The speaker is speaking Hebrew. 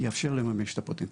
יאפשר לממש את הפוטנציאל.